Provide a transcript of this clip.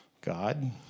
God